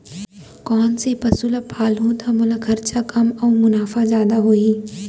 कोन से पसु ला पालहूँ त मोला खरचा कम अऊ मुनाफा जादा होही?